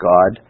God